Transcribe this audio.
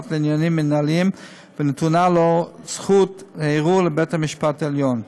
לעניינים מינהליים ונתונה לו זכות הערעור לבית-המשפט העליון.